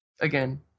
Again